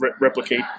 replicate